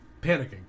Panicking